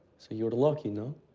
so you're lucky, no?